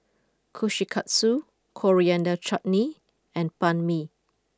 Kushikatsu Coriander Chutney and Banh Mi